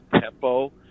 tempo